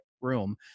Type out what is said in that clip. room